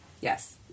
Yes